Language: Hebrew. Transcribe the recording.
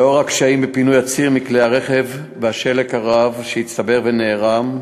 לאור הקשיים בפינוי הציר מכלי-הרכב והשלג הרב שהצטבר ונערם,